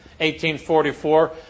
1844